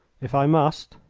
if i must.